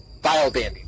Biobanding